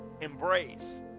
embrace